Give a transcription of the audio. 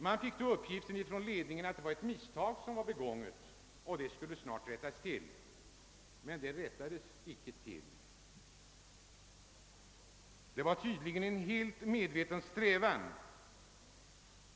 Man fick då den uppgiften från ledningen, att det var ett misstag som var begånget och att det snart skulle rättas till. Men det rättades inte till. Det var tydligen en helt medveten strävan.